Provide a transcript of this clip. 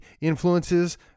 influences